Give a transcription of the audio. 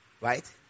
Right